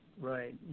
Right